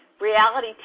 reality